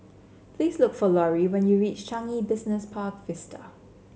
please look for Lori when you reach Changi Business Park Vista